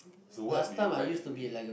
so what do you like to eat